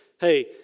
Hey